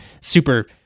super